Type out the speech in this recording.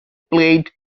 played